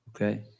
Okay